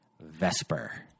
Vesper